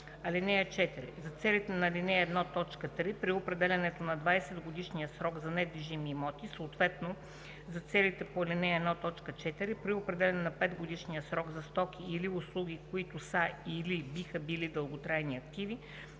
ал. 4: (4) За целите на ал. 1, т. 3 при определянето на 20-годишния срок за недвижими имоти, съответно за целите по ал. 1, т. 4 при определяне на 5-годишния срок за стоки или услуги, които са или биха били дълготрайни активи,